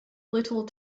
little